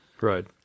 Right